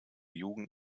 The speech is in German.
jugend